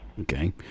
Okay